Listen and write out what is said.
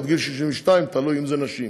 או עד גיל 62 אם זה נשים.